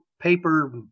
paper